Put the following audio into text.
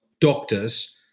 doctors